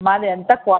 మాది అంతా క్వాలిటీ